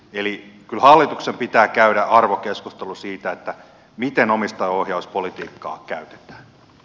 kyllä hallituksen pitää käydä arvokeskustelu siitä miten omistajaohjauspolitiikkaa käytetään